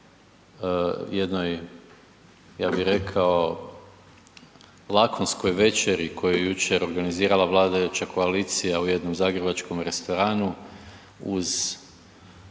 jednoj, ja bi rekao lakonskoj večeri koju je jučer organizirala vladajuća koalicija u jednom zagrebačkom restoranu uz